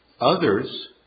Others